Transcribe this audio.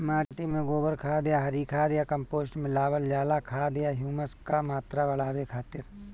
माटी में गोबर खाद या हरी खाद या कम्पोस्ट मिलावल जाला खाद या ह्यूमस क मात्रा बढ़ावे खातिर?